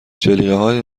جلیقههای